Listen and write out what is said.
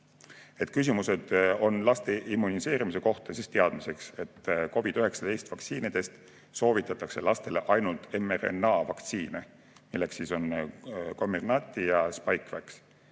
küsimused on laste immuniseerimise kohta, siis teadmiseks, et COVID-19 vaktsiinidest soovitatakse lastele ainult mRNA-vaktsiine, milleks on Comirnaty ja Spikevax.